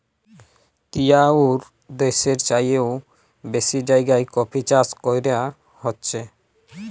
তিয়াত্তর দ্যাশের চাইয়েও বেশি জায়গায় কফি চাষ ক্যরা হছে